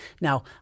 Now